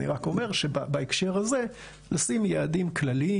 אני רק אומר שבהקשר הזה לשים יעדים כלליים,